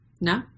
no